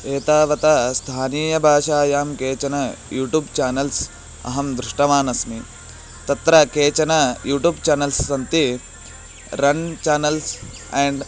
एतावता स्थानीयभाषायां केचन यूटूब् चानल्स् अहं दृष्टवान् अस्मि तत्र केचन यूटूब् चेनल्स् सन्ति रन् चानल्स् एण्ड्